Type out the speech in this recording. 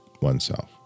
oneself